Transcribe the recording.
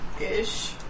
Ish